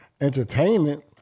entertainment